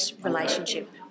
relationship